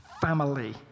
family